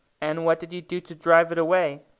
and what did you do to drive it away?